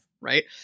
right